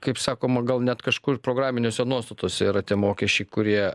kaip sakoma gal net kažkur programiniuose nuostatuose yra tie mokesčiai kurie